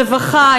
לרווחה,